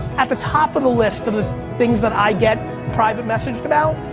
at the top of the list of the things that i get private messaged about.